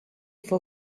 for